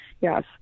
yes